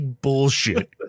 bullshit